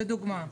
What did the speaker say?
לדוגמה.